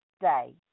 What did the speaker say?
day